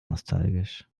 nostalgisch